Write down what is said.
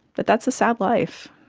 but that's a sad life.